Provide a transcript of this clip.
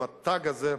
עם התג הזה,